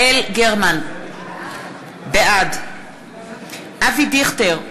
בעד אבי דיכטר,